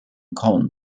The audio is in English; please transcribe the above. colne